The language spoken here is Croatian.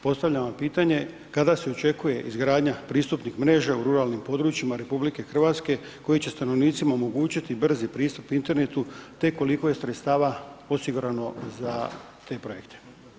Postavljam vam pitanje kada se očekuje izgradnja pristupnih mreža u ruralnim područjima RH koji će stanovnicima omogućiti brzi pristup internetu, te koliko je sredstava osigurano za te projekte?